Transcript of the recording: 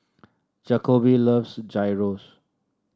Jakobe loves Gyros